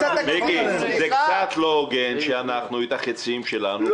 זה קצת לא הוגן שאנחנו את החיצים שלנו מפנים